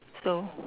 so